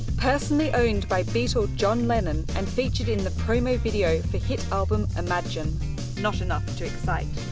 personally owned by beatle john lennon and featured in the promo video for hit album imagine not enough to excite.